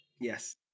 Yes